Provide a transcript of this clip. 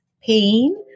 pain